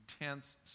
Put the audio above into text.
intense